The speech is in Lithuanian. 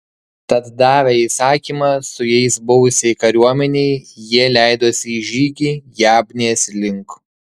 tad davę įsakymą su jais buvusiai kariuomenei jie leidosi į žygį jabnės link